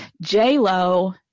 J-Lo